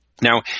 Now